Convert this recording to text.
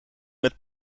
met